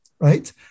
right